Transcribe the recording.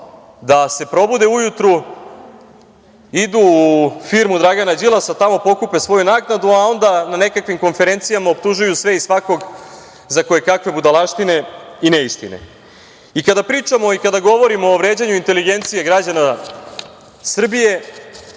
da se probude ujutru, idu u firmu Dragana Đilasa, tamo pokupe svoju naknadu, a onda na nekakvim konferencijama optužuju sve i svakoga za kojekakve budalaštine i neistine. Kada pričamo i kada govorimo o vređanju inteligencije građana Srbije,